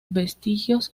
vestigios